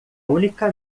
única